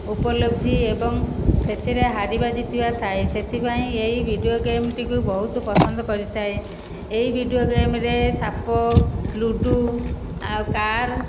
ଉପଲବ୍ଧି ଏବଂ ସେଥିରେ ହାରିବା ଜିତିବା ଥାଏ ସେଥିପାଇଁ ଏହି ଭିଡ଼ିଓ ଗେମ୍ ଟିକୁ ବହୁତ ପସନ୍ଦ କରିଥାଏ ଏହି ଭିଡ଼ିଓ ଗେମ୍ ରେ ସାପ ଲୁଡ଼ୁ ଆଉ କାର୍